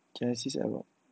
genesis album